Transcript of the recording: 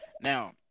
now